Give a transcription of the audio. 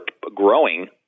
growing